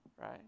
right